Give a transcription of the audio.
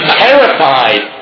terrified